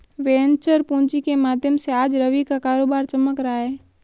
venture पूँजी के माध्यम से आज रवि का कारोबार चमक रहा है